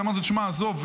אמרתי לו: עזוב,